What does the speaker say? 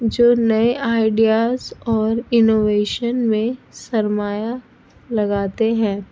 جو نئے آئیڈیاز اور انوویشن میں سرمایہ لگاتے ہیں